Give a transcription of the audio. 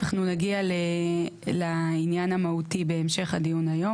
אנחנו נגיע לעניין המהותי בהמשך הדיון היום,